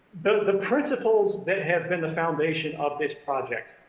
the principles that have been the foundation of this project